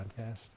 podcast